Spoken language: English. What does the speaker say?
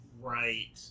Right